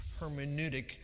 hermeneutic